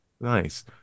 Nice